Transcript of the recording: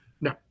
no